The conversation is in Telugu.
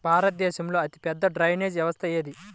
భారతదేశంలో అతిపెద్ద డ్రైనేజీ వ్యవస్థ ఏది?